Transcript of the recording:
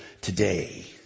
today